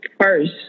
first